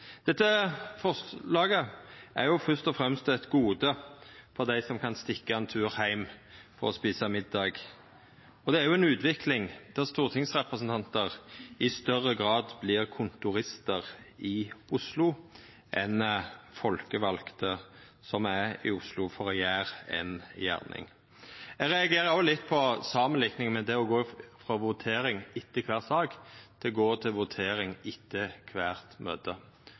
Dette forslaget er først og fremst eit gode for dei som kan stikka ein tur heim og eta middag. Det er ei utvikling der stortingsrepresentantar i større grad vert kontoristar i Oslo enn folkevalde som er i Oslo for å gjera ei gjerning. Eg reagerer òg litt på samanlikninga med det å gå til votering etter kvar sak med det å gå til votering etter kvart møte.